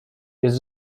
jest